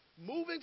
Moving